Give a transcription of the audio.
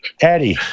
Eddie